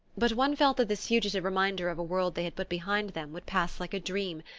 but one felt that this fugitive reminder of a world they had put behind them would pass like a dream,